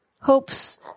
hopes